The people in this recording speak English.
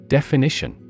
Definition